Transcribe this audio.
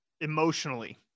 emotionally